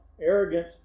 arrogant